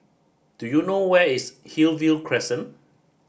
do you know ways Hillview Crescent